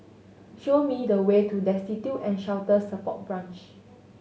show me the way to Destitute and Shelter Support Branch